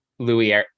Louis